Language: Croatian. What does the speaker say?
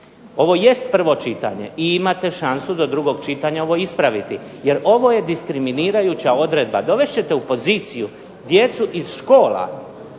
Ovo jest prvo čitanje i imate šansu do drugog čitanja ovo ispraviti, jer ovo je diskriminirajuća odredba. Dovest ćete u poziciju djecu iz škola